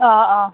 ꯑꯥ ꯑꯥ